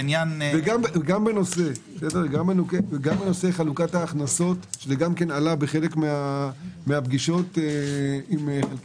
גם בנושא חלוקת ההכנסות שעלה בחלק מהפגישות זה משהו